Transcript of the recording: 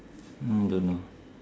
mm don't know